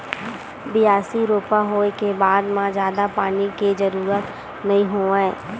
बियासी, रोपा होए के बाद म जादा पानी के जरूरत नइ होवय